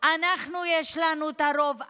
לנו יש את הרוב,